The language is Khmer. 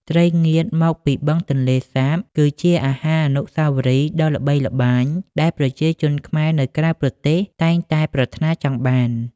ត្រីងៀតមកពីបឹងទន្លេសាបគឺជាអាហារអនុស្សាវរីយ៍ដ៏ល្បីល្បាញ ដែលប្រជាជនខ្មែរនៅក្រៅប្រទេសតែងតែប្រាថ្នាចង់បាន។